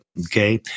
Okay